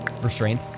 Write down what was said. restrained